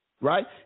right